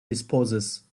disposes